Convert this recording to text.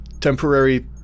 temporary